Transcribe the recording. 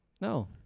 No